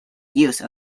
use